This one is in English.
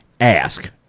ask